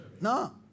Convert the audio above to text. No